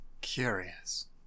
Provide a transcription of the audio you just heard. Curious